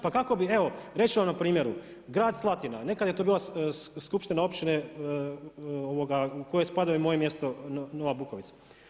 Pa kako bi, evo, reći vam na primjeru, grad Slatina, nekada je to bila skupština općine u kojoj spada moje mjesto Nova Bukovica.